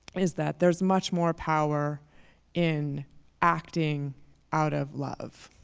is that there's much more power in acting out of love,